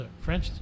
French